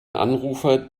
anrufer